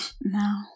No